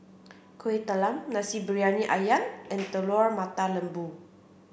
Kuih Talam Nasi Briyani Ayam and Telur Mata Lembu